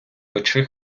печи